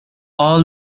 all